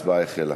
ההצבעה החלה.